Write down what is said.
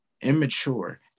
immature